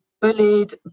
bullied